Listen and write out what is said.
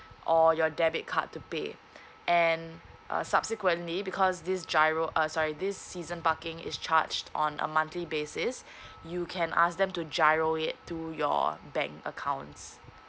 or your debit card to pay and uh subsequently because this giro uh sorry this season parking is charged on a monthly basis you can ask them to giro it to your bank accounts